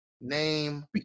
name